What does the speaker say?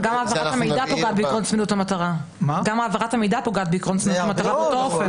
העברת המידע פוגעת בעקרון זמינות המטרה באותו אופן.